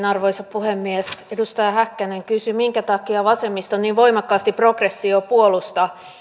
arvoisa puhemies edustaja häkkänen kysyi minkä takia vasemmisto niin voimakkaasti progressiota puolustaa